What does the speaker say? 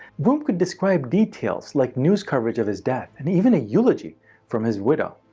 broome could describe details like news coverage of his death and even a eulogy from his widow.